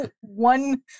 one